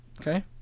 Okay